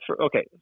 okay